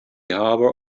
harbor